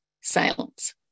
silence